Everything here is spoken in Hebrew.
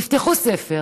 תפתחו ספר,